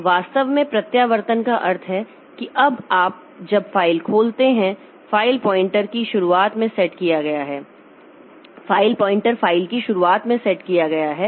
तो वास्तव में प्रत्यावर्तन का अर्थ है कि अब जब आप फ़ाइल खोलते हैं फ़ाइल पॉइंटर फ़ाइल की शुरुआत में सेट किया गया है